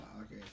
Okay